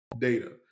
Data